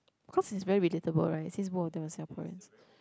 cause it's very relatable right since both of them are Singaporeans